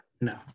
no